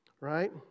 right